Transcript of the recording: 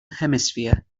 hemisphere